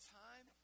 time